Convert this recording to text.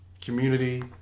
Community